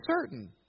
certain